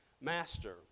Master